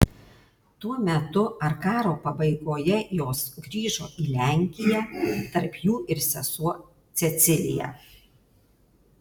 tuo metu ar karo pabaigoje jos grįžo į lenkiją tarp jų ir sesuo cecilija